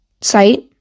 site